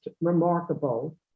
remarkable